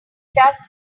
everywhere